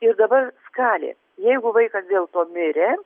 ir dabar skalė jeigu vaikas dėl to mirė